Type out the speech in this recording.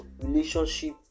relationship